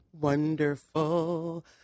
Wonderful